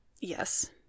Yes